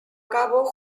cabo